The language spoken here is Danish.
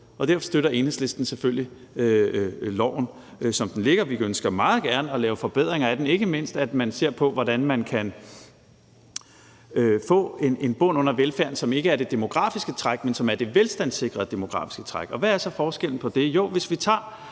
Derfor støtter Enhedslisten selvfølgelig lovforslaget, som det ligger, men vi ønsker meget gerne at lave forbedringer af det – ikke mindst at man ser på, hvordan man kan få en bund under velfærden, som ikke er det demografiske træk, men som er det velstandssikrede demografiske træk. Og hvad er så forskellen på det?